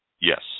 yes